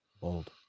Bold